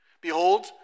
Behold